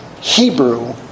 Hebrew